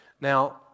Now